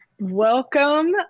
Welcome